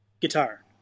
guitar